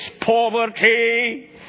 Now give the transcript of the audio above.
poverty